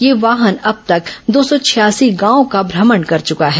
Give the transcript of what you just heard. यह वाहन अब तक दो सौ छियासी गांवों का भ्रमण कर चुका है